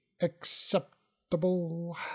acceptable